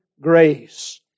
grace